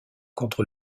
contre